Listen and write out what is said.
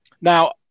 now